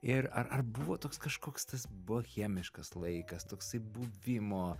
ir ar ar buvo toks kažkoks tas bohemiškas laikas toksai buvimo